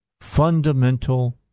Fundamental